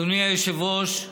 אדוני היושב-ראש,